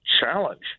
challenge